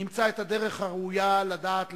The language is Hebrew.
נמצא את הדרך הראויה לדעת לכבד,